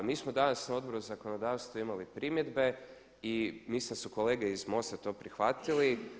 Mi smo danas na Odboru za zakonodavstvo imali primjedbe i mislim da su kolege iz MOST-a to prihvatili.